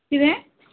किदें